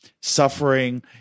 suffering